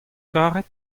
karet